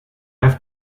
have